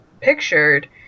pictured